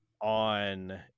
on